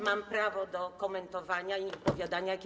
Mam prawo do komentowania i wypowiadania się.